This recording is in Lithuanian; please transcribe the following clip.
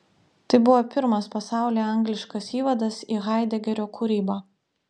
tai buvo pirmas pasaulyje angliškas įvadas į haidegerio kūrybą